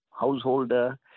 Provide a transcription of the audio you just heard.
householder